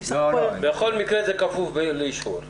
בכל מקרה זה כפוף לאישור.